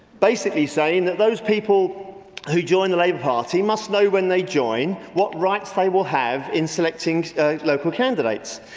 basically, saying that those people who joined the labour party must know when they joined what rights they will have in selecting local candidates.